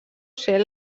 ser